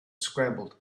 scrambled